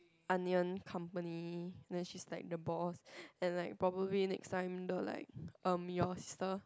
onion company then she's like the boss and like probably next time the like erm your sister